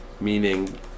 meaning